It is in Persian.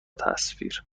تصاویر